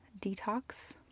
Detox